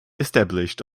established